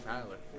Tyler